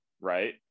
Right